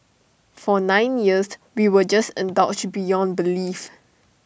for nine years we were just indulged beyond belief